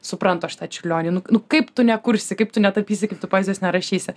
suprantu aš tą čiurlionį nu nu kaip tu nekursi kaip tu netapysi poezijos nerašysi